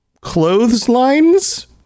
clotheslines